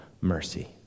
mercy